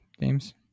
games